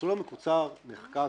כשהמסלול המקוצר נחקק